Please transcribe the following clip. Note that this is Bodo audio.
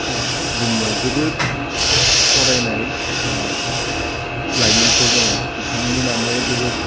जोंनियाव जोबोद फरायनाय लाइमोनफोर दङ बिथांमोनानो जोबोद